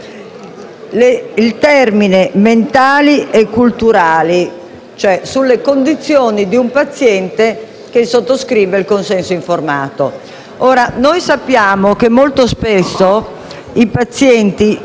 al termine «condizioni» di un paziente che sottoscrive il consenso informato. Sappiamo che molto spesso i pazienti non vogliono essere informati o non sono in grado di